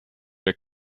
der